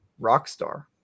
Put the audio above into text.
Rockstar